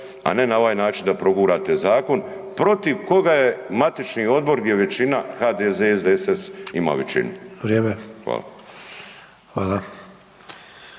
a ne na ovaj način da progurate zakon protiv koga je matični odbor gdje većina HDZ, SDSS ima većinu